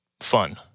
fun